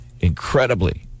incredibly